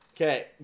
okay